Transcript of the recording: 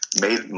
made